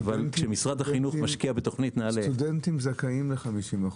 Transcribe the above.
אבל- -- סטודנטים זכאים ל-50%.